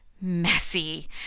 messy